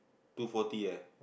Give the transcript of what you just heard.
two forty leh